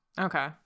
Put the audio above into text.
okay